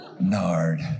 Nard